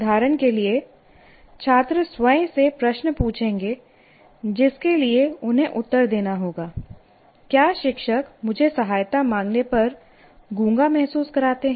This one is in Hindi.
उदाहरण के लिए छात्र स्वयं से प्रश्न पूछेंगे जिसके लिए उन्हें उत्तर देना होगा क्या शिक्षक मुझे सहायता माँगने पर गूंगा महसूस कराते हैं